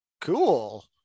Cool